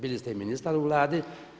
Bili ste i ministar u Vladi.